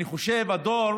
אני חושב שהדור